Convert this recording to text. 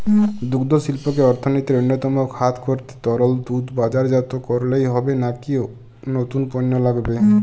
দুগ্ধশিল্পকে অর্থনীতির অন্যতম খাত করতে তরল দুধ বাজারজাত করলেই হবে নাকি নতুন পণ্য লাগবে?